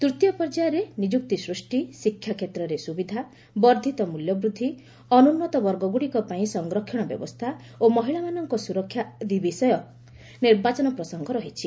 ତୃତୀୟ ପର୍ଯ୍ୟାୟରେ ନିଯୁକ୍ତି ସୃଷ୍ଟି ଶିକ୍ଷା କ୍ଷେତ୍ରରେ ସୁବିଧା ବର୍ଦ୍ଧିତ ମୂଲ୍ୟବୃଦ୍ଧି ଅନୁନ୍ନତବର୍ଗଗୁଡ଼ିକ ପାଇଁ ସଂରକ୍ଷଣ ବ୍ୟବସ୍ଥା ଓ ମହିଳାମାନଙ୍କ ସୁରକ୍ଷା ଆଦି ବିଷୟ ନିର୍ବାଚନ ପ୍ରସଙ୍ଗ ରହିଛି